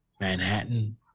Manhattan